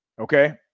Okay